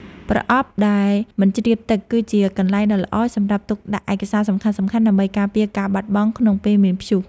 ប្រអប់ដែលមិនជ្រាបទឹក គឺជាកន្លែងដ៏ល្អសម្រាប់ទុកដាក់ឯកសារសំខាន់ៗដើម្បីការពារការបាត់បង់ក្នុងពេលមានព្យុះ។